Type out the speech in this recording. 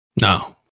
No